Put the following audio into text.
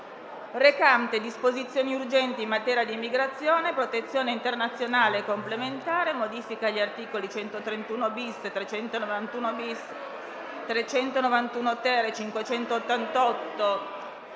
recante disposizioni urgenti in materia di immigrazione, protezione internazionale e complementare, modifiche agli articoli 131-*bis*, 391-*bis*, 391-*ter* e 588